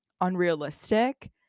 unrealistic